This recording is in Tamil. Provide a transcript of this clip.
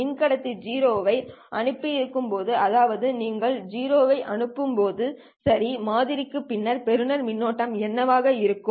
மின் கடத்தி 0 ஐ அனுப்பியிருக்கும்போது அதாவது நீங்கள் 0 ஐ அனுப்பும்போது சரி மாதிரிக்கு பின்னர் பெறுநர் மின்னோட்டம் என்னவாக இருக்கும்